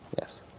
Yes